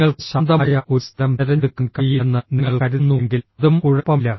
നിങ്ങൾക്ക് ശാന്തമായ ഒരു സ്ഥലം തിരഞ്ഞെടുക്കാൻ കഴിയില്ലെന്ന് നിങ്ങൾ കരുതുന്നുവെങ്കിൽ അതും കുഴപ്പമില്ല